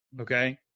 Okay